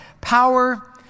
Power